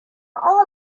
all